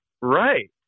right